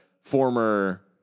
former